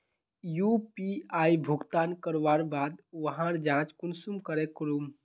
UPI भुगतान करवार बाद वहार जाँच कुंसम करे करूम?